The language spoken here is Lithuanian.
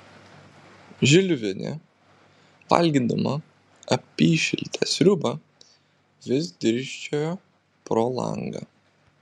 žiliuvienė valgydama apyšiltę sriubą vis dirsčiojo pro langą